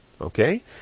Okay